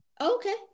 Okay